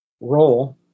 role